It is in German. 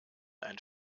ein